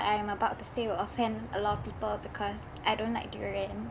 I am about to say will offend a lot of people because I don't like durian